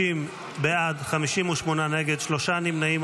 50 בעד, 58 נגד, שלושה נמנעים.